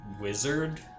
wizard